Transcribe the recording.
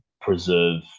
preserve